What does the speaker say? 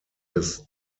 des